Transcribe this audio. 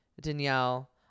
Danielle